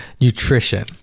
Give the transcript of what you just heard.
nutrition